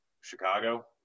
Chicago